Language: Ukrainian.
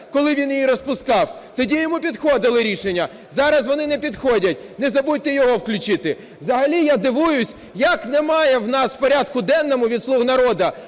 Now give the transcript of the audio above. коли він її розпускав. Тоді йому підходили рішення. Зараз вони не підходять. Не забудьте його включити. Взагалі я дивуюсь, як немає у нас у порядку денному від "слуг народу"